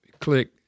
click